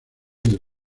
del